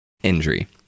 injury